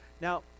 Now